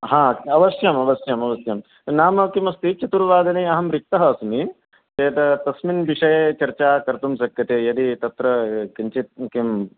हा अवश्यम् अवश्यम् अवश्यम् नाम किम् अस्ति चतुर्वादने अहं रिक्तः अस्मि चेत् तस्मिन् विषये चर्चा कर्तुं शक्यते यदि तत्र किञ्चित् किम्